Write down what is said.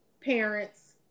parents